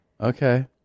Okay